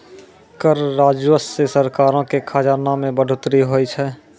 कर राजस्व से सरकारो के खजाना मे बढ़ोतरी होय छै